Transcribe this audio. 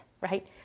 right